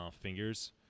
fingers